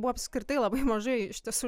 buvo apskritai labai mažai iš tiesų